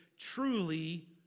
truly